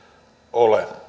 ole